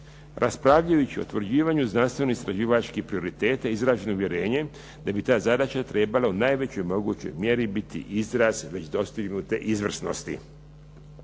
Raspravljajući o utvrđivanju znanstveno-istraživačkih prioriteta izraženo je uvjerenje da bi ta zadaća trebala u najvećoj mogućoj mjeri biti izraz već dostignute izvrsnosti.